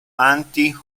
anti